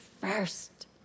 first